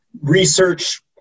research